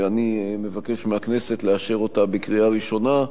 ואני מבקש מהכנסת לאשר אותה בקריאה ראשונה.